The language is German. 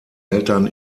eltern